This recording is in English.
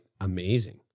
amazing